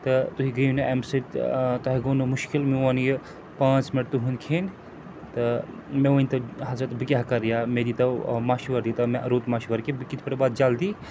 تہٕ تُہۍ گٔیو نہٕ اَمہِ سۭتۍ تۄہہِ گوٚو نہٕ مُشکِل میون یہِ پانٛژھ مِنٹ تُہٕنٛدۍ کھیٚنۍ تہٕ مےٚ ؤنۍتو حضرت بہٕ کیٛاہ کَرٕ یا مےٚ دیٖتو مَشوَر دیٖتو مےٚ رُت مَشوَر کہِ بہٕ کِتھ پٲٹھۍ واتہٕ جلدی